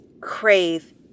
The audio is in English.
crave